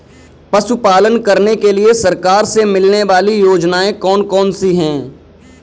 पशु पालन करने के लिए सरकार से मिलने वाली योजनाएँ कौन कौन सी हैं?